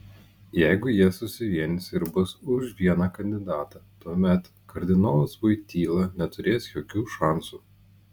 jeigu jie susivienys ir bus už vieną kandidatą tuomet kardinolas voityla neturės jokių šansų